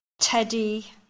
Teddy